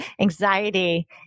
Anxiety